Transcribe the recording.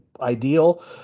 ideal